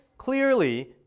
Clearly